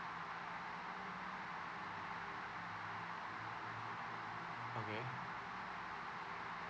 okay